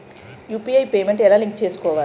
UPI payment ఎలా link చేసుకోవాలి?